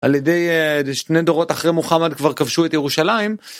על ידי, שני דורות אחרי מוחמד כבר כבשו את ירושלים.